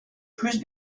plus